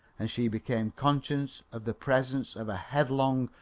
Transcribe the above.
and she became conscious of the presence of a headlong,